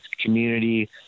community